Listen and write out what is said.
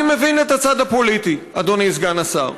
אני מבין את הצד הפוליטי, אדוני סגן השר,